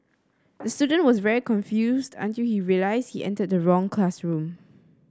the student was very confused until he realised he entered the wrong classroom